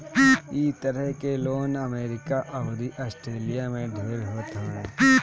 इ तरह के लोन अमेरिका अउरी आस्ट्रेलिया में ढेर होत हवे